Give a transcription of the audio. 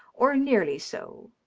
or nearly so.